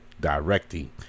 directing